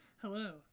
Hello